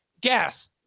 gas